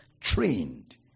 Trained